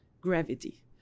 gravity